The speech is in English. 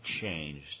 changed